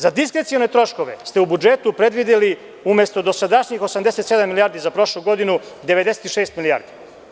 Za diskrecione troškove ste u budžetu predvideli umesto dosadašnjih 87 milijardi za prošlu godinu, 96 milijardi.